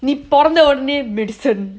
நீ பொறந்த உடனே:nee porantha odane medicine